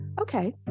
okay